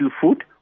food